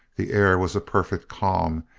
the air was a perfect calm,